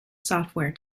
software